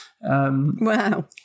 Wow